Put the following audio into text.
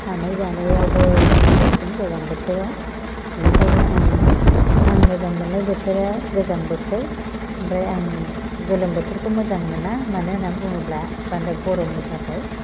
थानाय जानायावबो सुबिदासिन गोजां बोथोरा बिनिखायनो आं आं मोजां मोन्नाय बोथोरा गोजां बोथोर ओमफाय आं गोलोम बोथोरखौ मोजां मोना मानो होन्ना बुङोब्ला बांद्राय गर'मनि थाखाय